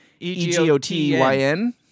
EGOTYN